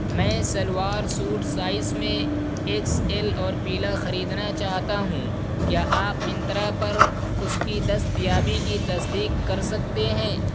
میں shalwar suit size میں X L اور پیلا خریدنا چاہتا ہوں کیا آپ منترا پر اس کی دستیابی کی تصدیق کر سکتے ہیں